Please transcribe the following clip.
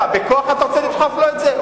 בכוח אתה רוצה לדחוף לו את זה?